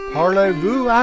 Parlez-vous